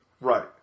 Right